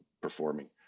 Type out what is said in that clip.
performing